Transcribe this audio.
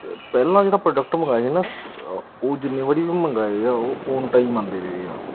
ਪਹਿਲਾਂ ਜਿਹੜਾ ਪ੍ਰੋਡਕਟ ਮੰਗਾਇਆ ਹੀ ਨਾ ਉਹ ਜਿੰਨੀ ਵਾਰੀ ਵੀ ਮੰਗਾਏ ਆ ਓਹ ਔਨ ਟਾਈਮ ਆਉਂਦੇ ਰਹੇ ਆ